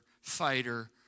fighter